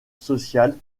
sociale